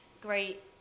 great